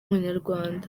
munyarwanda